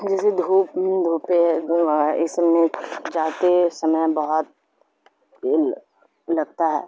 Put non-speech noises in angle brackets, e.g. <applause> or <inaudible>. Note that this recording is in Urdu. جیسے دھوپ دھوپے <unintelligible> سب میں جاتے سمے بہت لگتا ہے